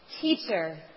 Teacher